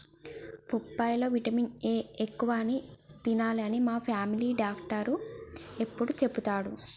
బొప్పాయి లో vitamin A ఎక్కువ అని తినాలే అని మా ఫామిలీ డాక్టర్ ఎప్పుడు చెపుతాడు